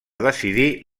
decidir